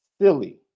silly